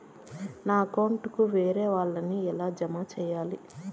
నా అకౌంట్ కు వేరే వాళ్ళ ని ఎలా జామ సేయాలి?